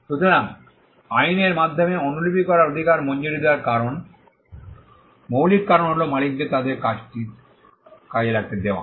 সুতরাং আইনের মাধ্যমে অনুলিপি করার অধিকার মঞ্জুরি দেওয়ার কারণ মৌলিক কারণ হল মালিকদের তাদের কাজটি কাজে লাগাতে দেওয়া